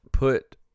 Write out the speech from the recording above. Put